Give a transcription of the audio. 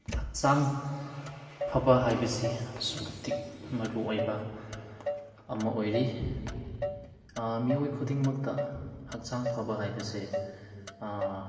ꯍꯛꯆꯥꯡ ꯐꯕ ꯍꯥꯏꯕꯁꯤ ꯑꯁꯨꯛꯀꯤ ꯃꯇꯤꯛ ꯃꯔꯨꯑꯣꯏꯕ ꯑꯃ ꯑꯣꯏꯔꯤ ꯃꯤꯑꯣꯏ ꯈꯨꯗꯤꯡꯃꯛꯇ ꯍꯛꯆꯥꯡ ꯐꯕ ꯍꯥꯏꯕꯁꯦ